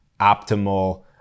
optimal